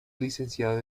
licenciado